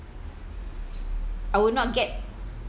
I would not get